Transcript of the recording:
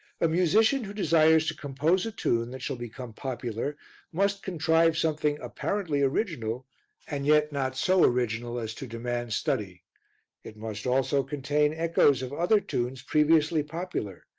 a musician who desires to compose a tune that shall become popular must contrive something apparently original and yet not so original as to demand study it must also contain echoes of other tunes previously popular,